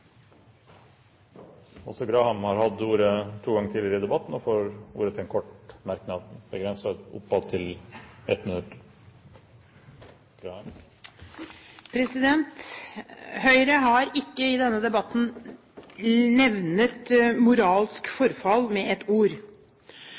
Sylvi Graham har hatt ordet to ganger og får ordet til en kort merknad, begrenset til 1 minutt. Høyre har i denne debatten ikke nevnt moralsk